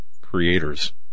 creators